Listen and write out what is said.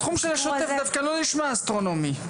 הסכום של השוטף דווקא לא נשמע סכום אסטרונומי.